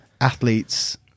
athletes